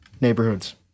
Neighborhoods